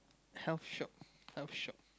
health shot health shop